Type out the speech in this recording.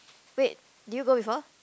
wait did you go before